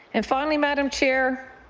and finally madam chair,